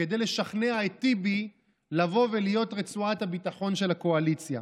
כדי לשכנע את טיבי לבוא ולהיות רצועת הביטחון של הקואליציה.